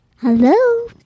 Hello